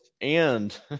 and-